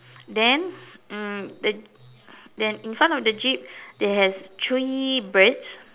then um the then in front of the jeep there has three birds